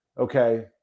Okay